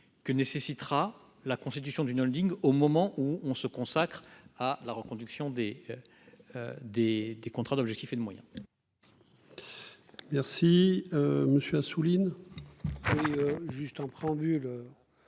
que nécessitera la constitution d'une Holding au moment où on se consacre à la reconduction des. Des, des contrats d'objectifs et de moyens. Merci monsieur Assouline. Et juste en préambule.